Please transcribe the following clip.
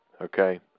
okay